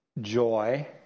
joy